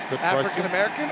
African-American